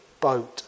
boat